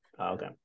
Okay